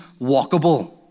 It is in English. walkable